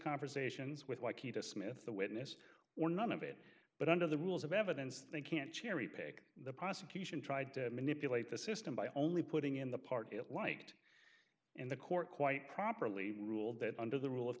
conversations with mikey to smith the witness or none of it but under the rules of evidence they can't cherry pick the prosecution tried to manipulate the system by only putting in the part it liked and the court quite properly ruled that under the rule of